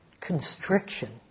constriction